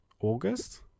August